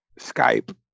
Skype